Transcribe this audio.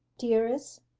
dearest,